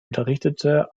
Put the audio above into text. unterrichtete